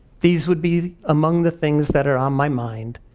these would be among the things that are on my mind.